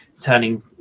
turning